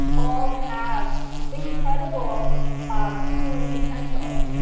all have incredible um healing potential.